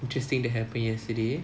interesting that happen yesterday